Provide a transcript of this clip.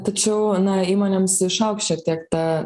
tačiau na įmonėms išaugs šiek tiek ta